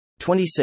26